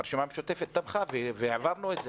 והרשימה המשותפת תמכה והעברנו את זה.